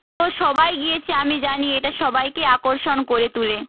তো সবাই গিয়েছে আমি জানি এটা সবাইকে আকর্ষণ করে তোলে